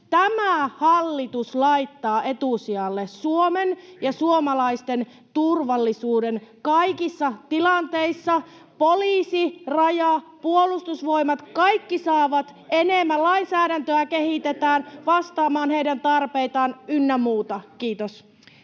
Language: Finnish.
tämä hallitus laittaa etusijalle Suomen ja suomalaisten turvallisuuden kaikissa tilanteissa. Poliisi, Raja, Puolustusvoimat, kaikki saavat enemmän, lainsäädäntöä kehitetään vastaamaan heidän tarpeitaan ynnä muuta. — Kiitos.